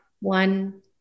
One